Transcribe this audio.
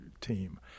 team